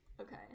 okay